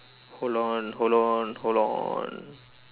hold on hold on hold on